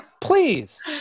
Please